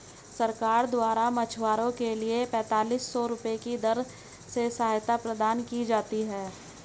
सरकार द्वारा मछुआरों के लिए पेंतालिस सौ रुपये की दर से सहायता प्रदान की जाती है